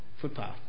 footpath